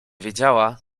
wiedziała